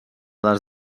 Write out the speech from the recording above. des